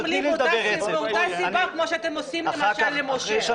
לי מאותה סיבה כמו שאתם עושים למשל למשה.